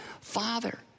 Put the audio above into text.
father